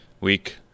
week